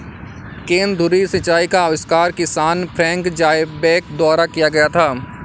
केंद्र धुरी सिंचाई का आविष्कार किसान फ्रैंक ज़ायबैक द्वारा किया गया था